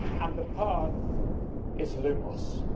and the path is lumos.